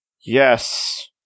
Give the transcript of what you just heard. Yes